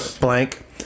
blank